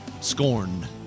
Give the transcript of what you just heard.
Scorn